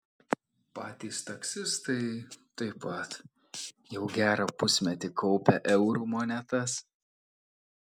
patys taksistai taip pat jau gerą pusmetį kaupia eurų monetas